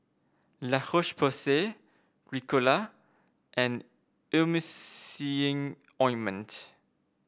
La Roche Porsay Ricola and Emulsying Ointment